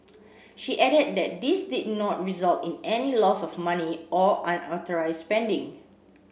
she added that this did not result in any loss of money or unauthorised spending